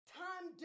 time